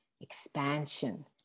expansion